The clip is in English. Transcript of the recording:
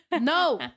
No